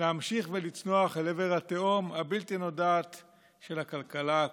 להמשיך ולצנוח אל עבר התהום הבלתי-נודעת של הכלכלה הקורסת.